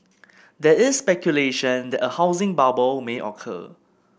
there is speculation that a housing bubble may occur